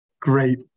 Great